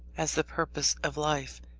as the purpose of life.